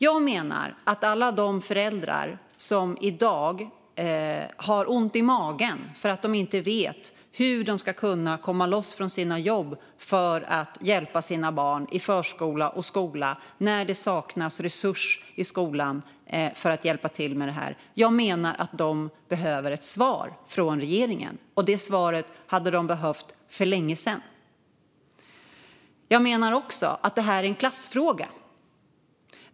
Jag menar att alla föräldrar som i dag har ont i magen för att de inte vet hur de ska kunna komma loss från jobbet för att hjälpa sina barn i förskola och skola när det saknas resurs i skolan för att hjälpa till behöver ett svar från regeringen. Det svaret hade de behövt för länge sedan. Jag menar också att detta är en klassfråga.